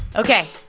ok.